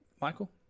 Michael